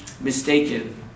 mistaken